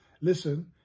listen